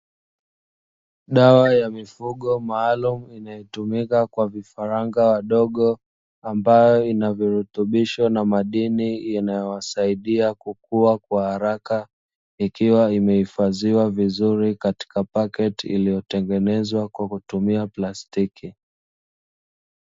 Dawa ya mifugo maalumu inayotumika kwa vifaranga wadogo, Ambayo ina virutubisho na madini inayowasaidia kukua kwa haraka. Ikiwa imehifadhiwa vizuri katika paketi iliyotengenezwa kwa kutumia plastiki.